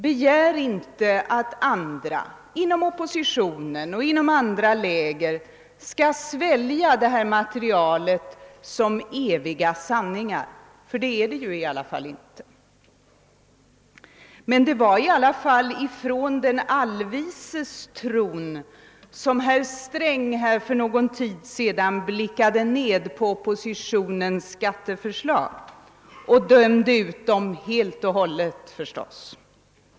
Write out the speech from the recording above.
Begär inte att andra inom oppositionen och andra läger skall svälja materialet som eviga sanningar, ty det är det ju i alla fall inte. Men det var från den allvises tron som herr Sträng för någon tid sedan blickade ned på oppositionens skatteförslag och förstås dömde ut dem helt och hållet.